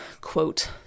quote